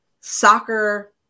soccer –